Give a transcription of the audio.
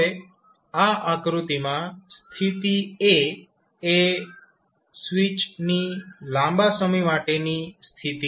હવે આ આકૃતિમાં સ્થિતિ a એ સ્વીચ ની લાંબા સમય માટેની સ્થિતિ છે